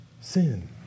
sin